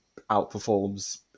outperforms